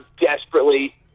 desperately